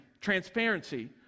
Transparency